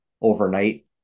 overnight